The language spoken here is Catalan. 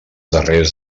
darrers